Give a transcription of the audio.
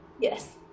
Yes